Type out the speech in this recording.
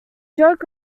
joke